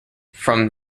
from